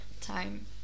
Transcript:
time